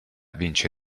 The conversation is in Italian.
vince